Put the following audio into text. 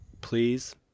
Please